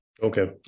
Okay